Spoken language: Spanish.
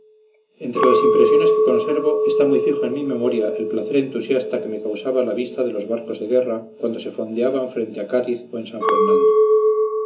entre las impresiones que conservo está muy fijo en mi memoria el placer entusiasta que me causaba la vista de los barcos de guerra cuando se fondeaban frente a cádiz o en san fernando